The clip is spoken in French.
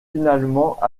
finalement